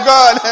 God